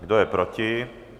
Kdo je proti?